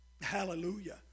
Hallelujah